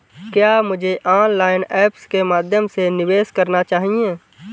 क्या मुझे online apps के माध्यम से निवेश करना चाहिए?